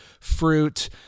fruit